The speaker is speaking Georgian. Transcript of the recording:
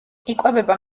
იკვებება